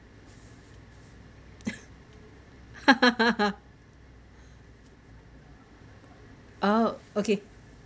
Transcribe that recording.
oh okay